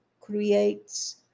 creates